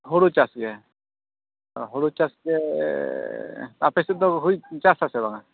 ᱦᱩᱲᱩ ᱪᱟᱥᱜᱮ ᱦᱩᱲᱩ ᱪᱟᱥᱜᱮᱻ ᱟᱯᱮᱥᱮᱫ ᱫᱚ ᱦᱩᱭ ᱪᱟᱥᱟ ᱥᱮ ᱵᱟᱝᱼᱟ